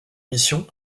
mission